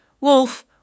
Wolf